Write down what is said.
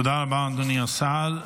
תודה רבה, אדוני השר.